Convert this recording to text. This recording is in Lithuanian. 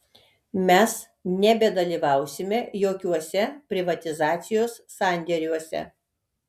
mes nebedalyvausime jokiuose privatizacijos sandėriuose